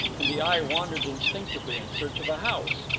and the eye wandered instinctively in search of a house.